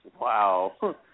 Wow